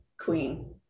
queen